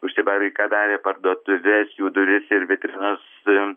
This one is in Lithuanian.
užsibarikadavę parduotuves jų duris ir vitrinas